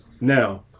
Now